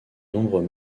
nombreux